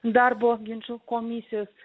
darbo ginčų komisijos